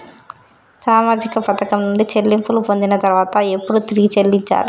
సామాజిక పథకం నుండి చెల్లింపులు పొందిన తర్వాత ఎప్పుడు తిరిగి చెల్లించాలి?